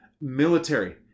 military